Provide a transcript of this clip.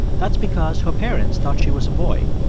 that's because her parents thought she was a boy.